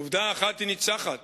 עובדה אחת היא ניצחת: